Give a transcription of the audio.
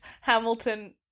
Hamilton